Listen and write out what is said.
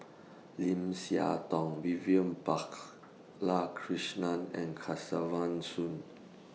Lim Siah Tong Vivian and Kesavan Soon